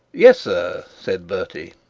yes, sir said bertie.